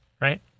right